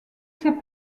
ces